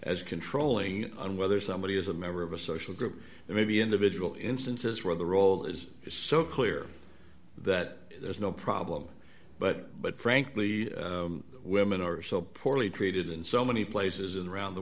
as controlling and whether somebody is a member of a social group there may be individual instances where the role is so clear that there's no problem but but frankly women or so poorly treated in so many places and around the